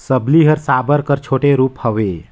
सबली हर साबर कर छोटे रूप हवे